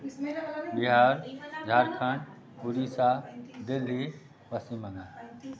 Bihar Jharkhand Orissa Delhi Paschim Bengal